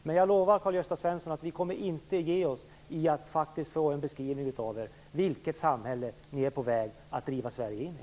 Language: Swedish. Men jag lovar Karl-Gösta Svenson att vi kommer inte att ge oss i att faktiskt få en beskrivning av er vilket samhälle ni är på väg att driva Sverige in i.